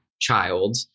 child